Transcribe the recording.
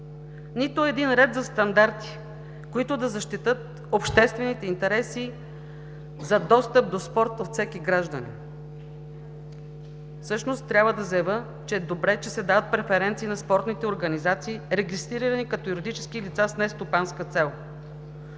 нито един ред за стандарти, които да защитят обществените интереси за достъп до спорт на всеки гражданин. Трябва да заявя – добре е, че се дават преференции на спортните организации, регистрирани като юридически лица с нестопанска цел.